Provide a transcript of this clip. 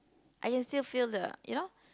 I can still feel the you know